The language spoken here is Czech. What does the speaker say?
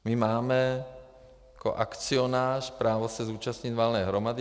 My máme jako akcionář právo se zúčastnit valné hromady.